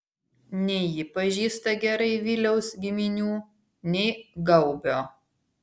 nei ji pažįsta gerai viliaus giminių nei gaubio